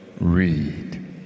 read